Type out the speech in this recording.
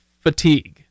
fatigue